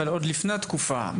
אבל עוד לפני התקופה,